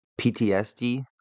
PTSD